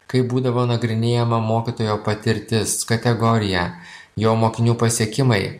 kaip būdavo nagrinėjama mokytojo patirtis kategorija jo mokinių pasiekimai